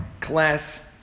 class